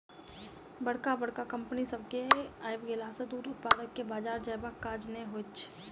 बड़का बड़का कम्पनी सभ के आइब गेला सॅ दूध उत्पादक के बाजार जयबाक काज नै होइत छै